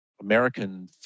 American